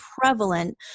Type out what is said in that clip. prevalent